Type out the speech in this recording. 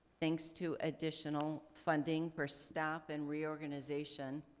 thanks to additional funding for staff and reorganization,